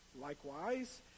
Likewise